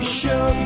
show